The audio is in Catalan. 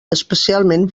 especialment